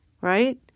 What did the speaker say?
right